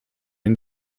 den